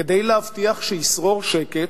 כדי להבטיח שישרור שקט,